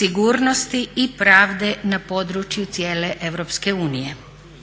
sigurnosti i pravde na području cijele EU. Dakle,